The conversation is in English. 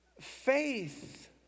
faith